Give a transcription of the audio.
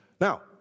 Now